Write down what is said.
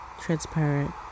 transparent